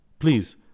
Please